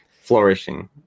flourishing